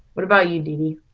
what about you, dede?